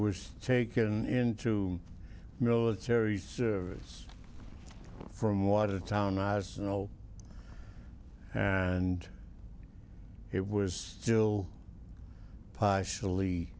was taken into military service from watertown i was snow and it was still partially